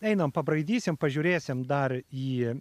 einam pabraidysim pažiūrėsim dar į